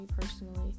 personally